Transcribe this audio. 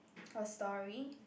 her story